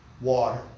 water